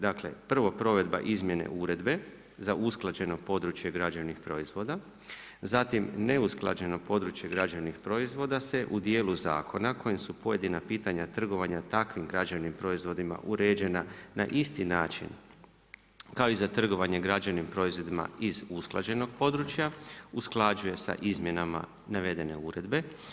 Dakle prvo provedba izmjene uredbe za usklađeno područje građevnih proizvoda, zatim ne usklađeno područje građevnih proizvoda se u dijelu zakona kojim su pojedina pitanja trgovanja takvim građevnim proizvodima uređena na isti način kao i za trgovanje građevnim proizvodima iz usklađenog područja usklađuje sa izmjenama navedene uredbe.